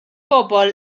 pobl